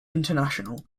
international